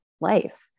life